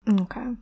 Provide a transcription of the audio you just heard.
Okay